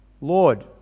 Lord